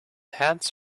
hands